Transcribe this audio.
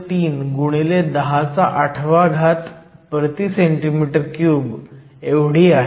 3 x 108 cm 3 एवढी आहे